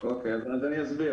אסביר.